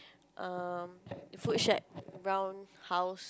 um food shack brown house